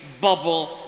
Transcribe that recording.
bubble